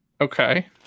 Okay